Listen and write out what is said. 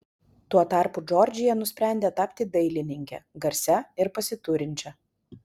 tuo tarpu džordžija nusprendė tapti dailininke garsia ir pasiturinčia